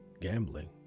gambling